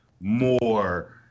more